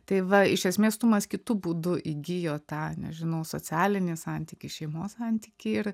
tai va iš esmės tumas kitu būdu įgijo tą nežinau socialinį santykį šeimos santykį